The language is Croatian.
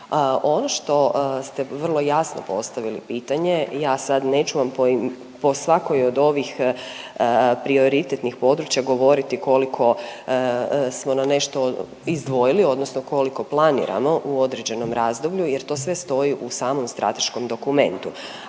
Ono što ste vrlo jasno postavili pitanje, ja sad neću vam po svakoj od ovih prioritetnih područja govoriti koliko smo na nešto izdvojili odnosno koliko planiramo u određenom razdoblju jer to sve stoji u samom strateškom dokumentu,